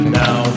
now